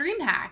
dreamhack